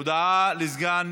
הודעה לסגן